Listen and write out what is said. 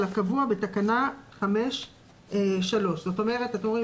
על הקבוע בתקנה 5(3). זאת אומרת אתם אומרים